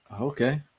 okay